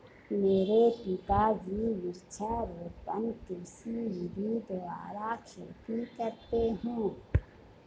मेरे पिताजी वृक्षारोपण कृषि विधि द्वारा खेती करते हैं